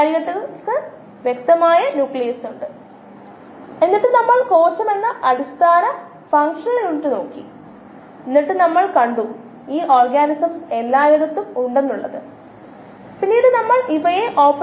അത് നമ്മൾ അവ ഉപയോഗിക്കുന്നതിനുള്ള ഒരു മാർഗമാണ് തുടർന്ന് മെയിന്റനൻസ് എന്ന ആശയം നമ്മൾ പരിശോധിച്ചു ഇത് കോശങ്ങളിലെ പ്രവർത്തനങ്ങൾ ആദ്യം പരിപാലിക്കാൻ പോകുന്ന മെറ്റബോളിസം ആണ് അതായത് മെറ്റബോളിസം ഗതാഗതം മറ്റ് കാര്യങ്ങൾ ജനിതക പ്രക്രിയകൾ അത് സാറ്റിസ്ഫൈ അയാൽ അതു പിന്നെ മൾട്ടിപ്ലൈ ആകുന്നു